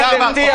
תודה רבה.